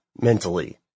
mentally